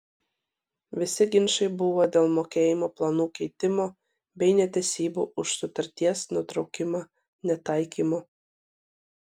visi ginčai buvo dėl mokėjimo planų keitimo bei netesybų už sutarties nutraukimą netaikymo